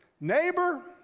neighbor